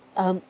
um